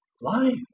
life